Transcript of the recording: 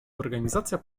organizacja